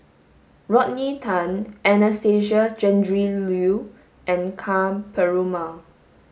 Rodney Tan Anastasia Tjendri Liew and Ka Perumal